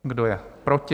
Kdo je proti?